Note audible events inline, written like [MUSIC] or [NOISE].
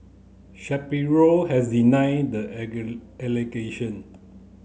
Shapiro has denied the [UNINTELLIGIBLE] allegation